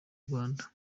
rwanda